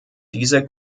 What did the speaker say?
diese